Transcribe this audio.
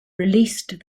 released